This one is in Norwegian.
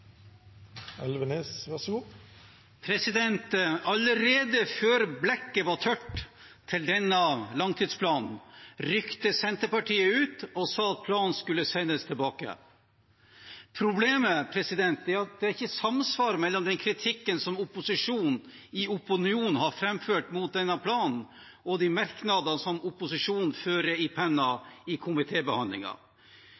Allerede før blekket var tørt i denne langtidsplanen, rykket Senterpartiet ut og sa at planen skulle sendes tilbake. Problemet er at det er ikke samsvar mellom den kritikken som opposisjonen har framført mot denne planen i opinionen, og de merknader som opposisjonen fører i